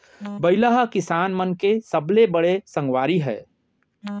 बइला ह किसान मन के सबले बड़े संगवारी हय